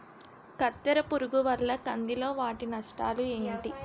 కత్తెర పురుగు వల్ల కంది లో వాటిల్ల నష్టాలు ఏంటి